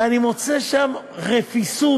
ואני מוצא שם רפיסות,